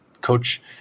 coach